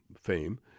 fame